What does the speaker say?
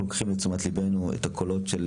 אנחנו לוקחים לתשומת ליבנו את הקולות של